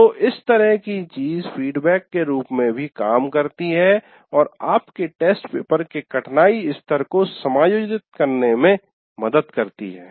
तो इस तरह की चीज़ फीडबैक के रूप में भी काम करती है और आपके टेस्ट पेपर के कठिनाई स्तर को समायोजित करने में मदद करती है